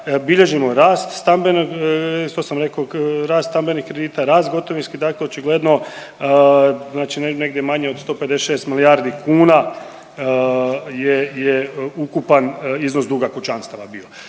rekao, rast stambenih kredita, rast gotovinskih, dakle očigledno negdje manje od 156 milijardi kuna je ukupan iznos duga kućanstava bilo.